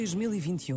2021